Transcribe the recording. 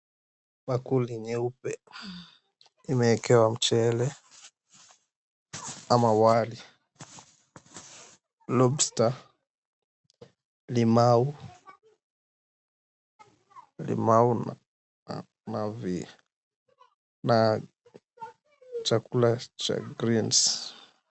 Bakuli nyeupe imeekewa mchele ama wali, lobster , limau na chakula cha greens .